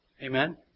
Amen